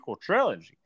trilogy